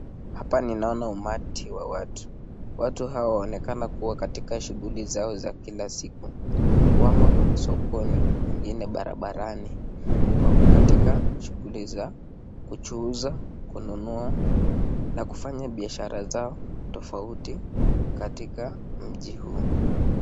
Hapa ninaona umati wa watu. Watu hawa waonekana kuwa katika shughuli zao za kila siku. Wamo sokoni, wengine barabarani. Wako katika shughuli za kuchuuza, kununua na kufanya biashara zao tofauti katika mji huu.